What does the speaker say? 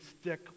stick